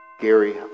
Gary